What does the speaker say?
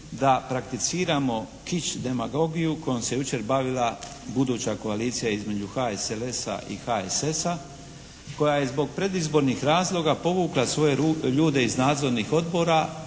da prakticiramo kič demagogiju kojom se jučer bavila buduća koalicija između HSLS-a i HSS-a koja je zbog predizbornih razloga povukla svoje ljude iz nadzornih odbora